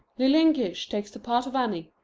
lillian gish takes the part of annie,